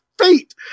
fate